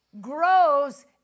grows